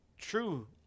true